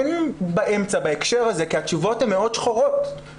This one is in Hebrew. אין אמצע בהקשר הזה כי התשובות מאוד שחור-לבן.